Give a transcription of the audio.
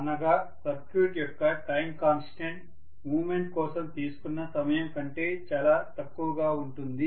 అనగా సర్క్యూట్ యొక్క time constant moment కోసం తీసుకున్న సమయం కంటే చాలా తక్కువగా ఉంటుంది